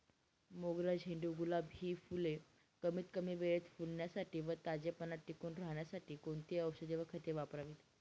मोगरा, झेंडू, गुलाब हि फूले कमीत कमी वेळेत फुलण्यासाठी व ताजेपणा टिकून राहण्यासाठी कोणती औषधे व खते वापरावीत?